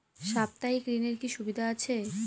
সাপ্তাহিক ঋণের কি সুবিধা আছে?